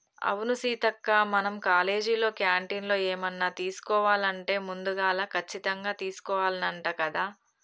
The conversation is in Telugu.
అవును సీతక్క మనం కాలేజీలో క్యాంటీన్లో ఏమన్నా తీసుకోవాలంటే ముందుగాల కచ్చితంగా తీసుకోవాల్నంట కదా